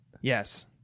Yes